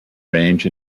range